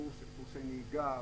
קורסי נהיגה,